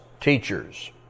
teachers